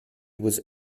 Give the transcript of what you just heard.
was